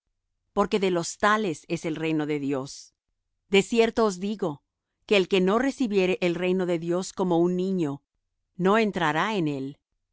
porque de los tales es el reino de dios de cierto os digo que el que no recibiere el reino de dios como un niño no entrará en él